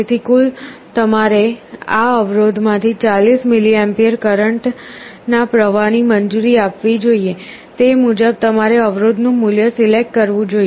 તેથી કુલ તમારે આ અવરોધમાંથી 40 mA કરંટ ના પ્રવાહની મંજૂરી આપવી જોઈએ તે મુજબ તમારે અવરોધ નું મૂલ્ય સિલેક્ટ કરવું જોઈએ